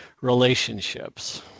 relationships